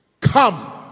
come